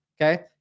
okay